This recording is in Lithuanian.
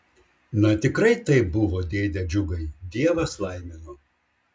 na tikrai taip buvo dėde džiugai dievas laimino